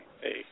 hey